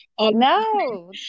No